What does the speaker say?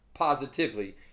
positively